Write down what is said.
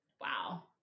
Wow